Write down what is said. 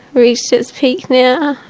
reached its peak now.